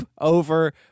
over